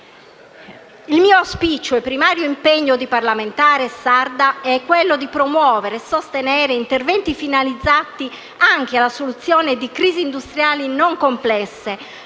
il mio auspicio e primario impegno di parlamentare sarda è quello di promuovere e sostenere interventi finalizzati anche alla soluzione di crisi industriali non complesse,